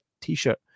t-shirt